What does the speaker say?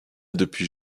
depuis